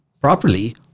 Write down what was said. Properly